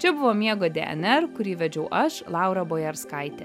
čia buvo miego dnr kurį vedžiau aš laura bojarskaitė